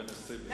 בין 20 ל-30.